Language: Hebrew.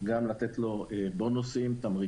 לתת לו תמריצים